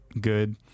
good